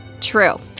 True